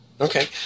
Okay